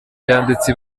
yanditse